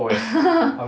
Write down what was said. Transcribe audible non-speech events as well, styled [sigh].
[laughs]